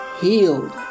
healed